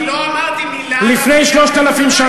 רק לא אמרתי מילה על הבנייה בירושלים.